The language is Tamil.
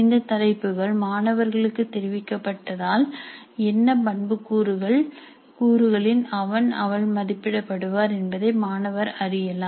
இந்தத் தலைப்புகள் மாணவர்களுக்கு தெரிவிக்கப்பட்ட ஆல் என்ன பண்புக் கூறுகளின் அவள் அவன் மதிப்பிட படுவார் என்பதை மாணவர் அறியலாம்